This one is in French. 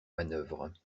manœuvre